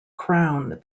crown